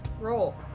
roll